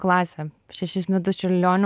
klasę šešis metus čiurlionio